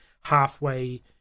halfway